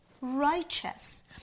righteous